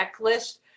checklist